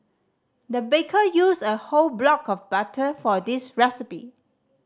the baker used a whole block of butter for this recipe